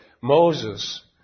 Moses